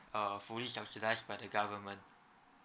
uh fully subsidized by the government